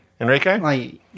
Enrique